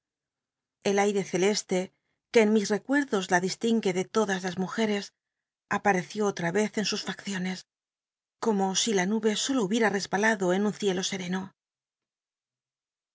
el ni i'o celcst tic en mis recuerdos la distingue do todas las mujetes apareció otm rcz en sus facciones como si la nube solo hubiera r esbalado en un ciclo sereno